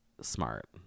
smart